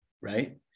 right